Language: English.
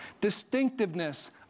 distinctiveness